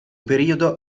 periodo